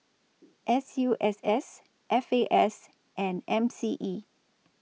S U S S F A S and M C E